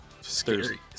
scary